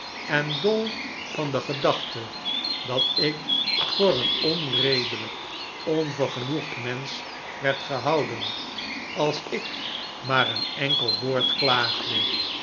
en dol van de gedachte dat ik voor een onredelijk onvergenoegd mensch werd gehouden als ik maar een enkel woord klaagde